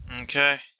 Okay